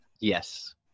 yes